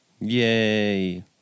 Yay